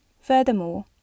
Furthermore